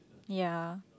ya